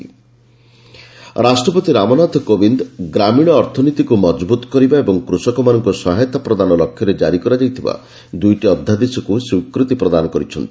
president ordinance ରାଷ୍ଟ୍ରପତି ରାମନାଥ କୋବିନ୍ଦ ଗ୍ରାମୀଣ ଅର୍ଥନୀତିକୁ ମଜବୁତ କରିବା ଓ କୃଷକମାନଙ୍କୁ ସହାୟତା ପ୍ରଦାନ ଲକ୍ଷ୍ୟରେ ଜାରି କରାଯାଇଥିବା ଦୁଇଟି ଅଧ୍ୟାଦେଶକୁ ସ୍ୱୀକୃତି ପ୍ରଦାନ କରିଛନ୍ତି